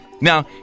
Now